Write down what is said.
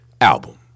album